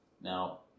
Now